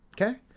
okay